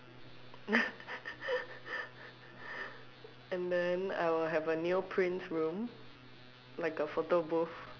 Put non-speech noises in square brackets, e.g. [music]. [laughs] and then I would have a neoprint room like a photo booth